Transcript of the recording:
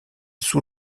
sous